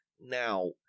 Now